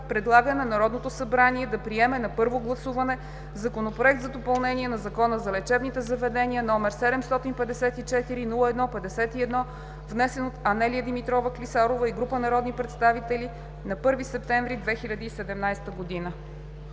предлага на Народното събрание да приеме на първо гласуване Законопроект за допълнение на Закона за лечебните заведения, № 754-01-51, внесен от Анелия Димитрова Клисарова и група народни представители на 1 септември 2017 г.“